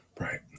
Right